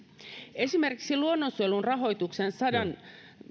esimerkiksi luonnonsuojelun rahoituksen sadan